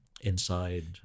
inside